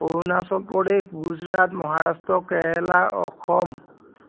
Arunachal Pradesh Gujarat Maharashtra Kerala Assam